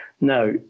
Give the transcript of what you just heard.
Now